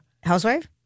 Housewife